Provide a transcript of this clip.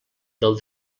del